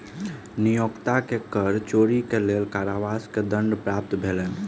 नियोक्ता के कर चोरी के लेल कारावास के दंड प्राप्त भेलैन